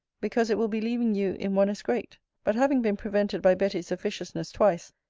because it will be leaving you in one as great but having been prevented by betty's officiousness twice,